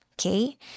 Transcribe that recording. Okay